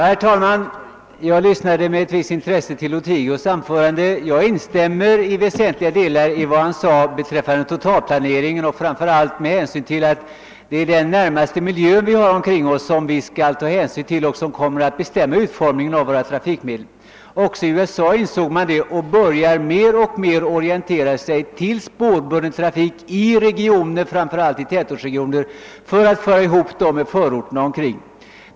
Herr talman! Jag lyssnade med ett visst intresse till herr Lothigius, och jag instämmer i väsentliga delar i vad han sade beträffande totalplaneringen, främst med hänsyn till att det är den närmaste miljön omkring oss som kommer att bestämma utformningen av våra trafikmedel. Också i USA har man insett detta, och man orienterar sig där mer och mer mot spårbunden trafik, framför allt i tätortsregioner för att föra ihop dem med förorterna runt omkring.